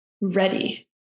ready